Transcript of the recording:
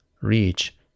reach